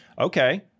Okay